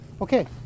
okay